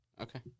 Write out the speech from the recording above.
Okay